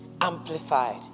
Amplified